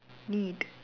need